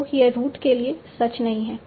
तो यह रूट के लिए सच नहीं है